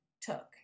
took